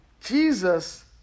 Jesus